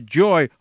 joy